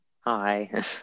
hi